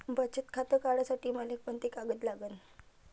बचत खातं काढासाठी मले कोंते कागद लागन?